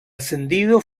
ascendido